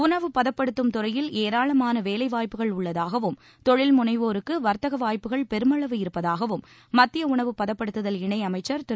உணவுப்பதப்படுத்தும் துறையில் ஏராளமான வேலைவாய்ப்பு உள்ளதாகவும் தொழில் முனைவோருக்கு வர்த்தக வாய்ப்புகள் பெருமளவு இருப்பதாகவும் மத்திய உணவு பதப்படுத்துதல் இணையமைச்சர் திரு